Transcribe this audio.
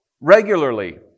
regularly